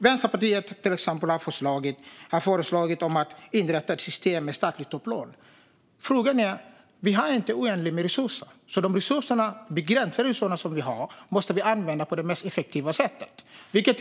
Vänsterpartiet har till exempel föreslagit att man ska inrätta ett system med statliga topplån. Vi har inte oändligt med resurser, utan vi måste använda de begränsade resurser som vi har på det mest effektiva sättet.